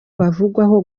bavugwaho